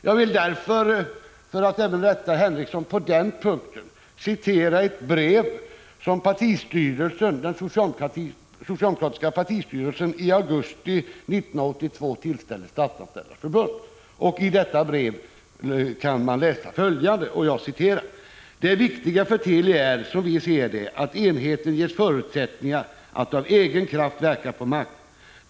Jag vill, för att rätta Sven Henricsson även på den punkten, citera ett brev som den socialdemokratiska partistyrelsen i augusti 1982 tillställde Statsanställdas förbund. I detta brev kan man läsa följande: ”Det viktiga för Teli är som vi ser det att enheten ges förutsättningar att av egen kraft verka på marknaden.